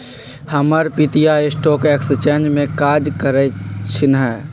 हमर पितिया stock exchange में काज करइ छिन्ह